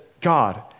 God